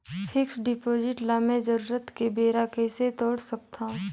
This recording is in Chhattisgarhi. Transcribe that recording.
फिक्स्ड डिपॉजिट ल मैं जरूरत के बेरा कइसे तोड़ सकथव?